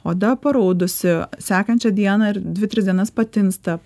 oda paraudusi sekančią dieną ar dvi tris dienas patinsta